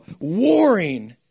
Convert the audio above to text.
warring